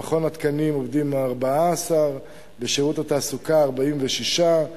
במכון התקנים עובדים 14, בשירות התעסוקה 46,